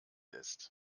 ist